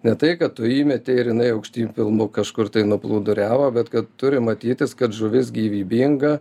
ne tai kad tu įmetei ir jinai aukštyn pilvu kažkur tai nuplūduriavo bet kad turi matytis kad žuvis gyvybinga